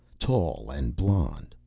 tall and blond,